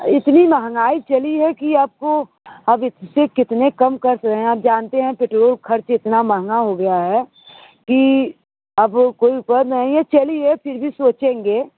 इतनी महँगाई चली है कि आपको अब इससे कितने कम कट रहे हैं आप जानते हैं पेटरोल ख़र्च इतना महँगा हो गया है कि अब कोई नहीं हैं चलिए फिर भी सोचेंगे